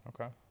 Okay